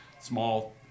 small